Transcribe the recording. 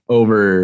over